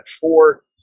four